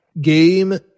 game